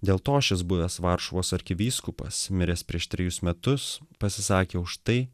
dėl to šis buvęs varšuvos arkivyskupas miręs prieš trejus metus pasisakė už tai